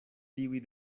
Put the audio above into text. tiuj